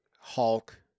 Hulk